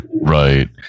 Right